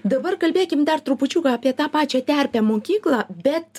dabar kalbėkim dar trupučiuką apie tą pačią terpę mokyklą bet